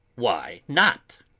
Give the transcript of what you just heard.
why not?